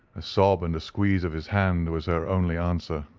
a sob and a squeeze of his hand was her only answer.